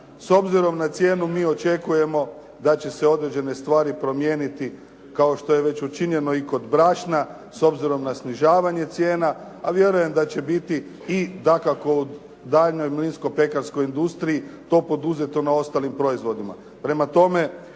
S obzirom na cijenu mi očekujemo da će se određene stvari promijeniti kao što je već učinjeno i kod brašna s obzirom na snižavanje cijena, a vjerujem da će biti i dakako u daljnjoj mlinsko-pekarskoj industriji to poduzeto na ostalim proizvodima.